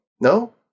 No